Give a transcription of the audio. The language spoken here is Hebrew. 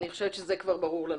אני חושבת שזה כבר ברור לנו.